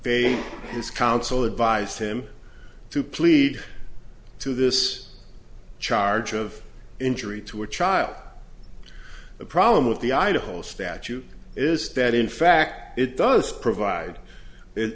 his counsel advised him to plead to this charge of injury to a child the problem of the idaho statute is that in fact it does provide it